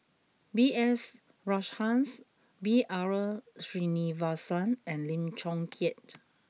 B S Rajhans B R Sreenivasan and Lim Chong Keat